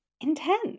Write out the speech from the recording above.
intense